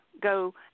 go